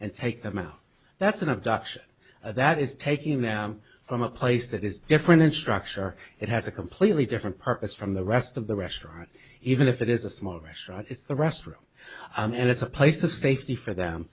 and take them out that's an abduction that is taking them from a place that is different in structure it has a completely different purpose from the rest of the restaurant even if it is a small restaurant it's the rest room and it's a place of safety for them